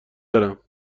دارم